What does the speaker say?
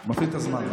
אני מפעיל את הזמן.